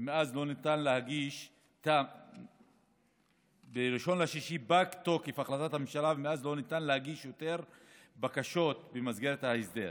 ומאז לא ניתן יותר להגיש בקשות במסגרת ההסדר.